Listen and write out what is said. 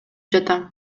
жатам